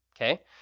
okay